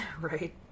Right